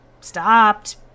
stopped